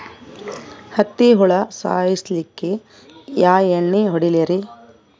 ಹತ್ತಿ ಹುಳ ಸಾಯ್ಸಲ್ಲಿಕ್ಕಿ ಯಾ ಎಣ್ಣಿ ಹೊಡಿಲಿರಿ?